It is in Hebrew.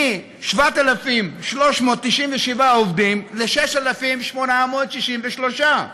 מ-7,397 עובדים ל-6,863.